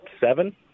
seven